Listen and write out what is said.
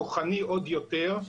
כוחני עוד יותר.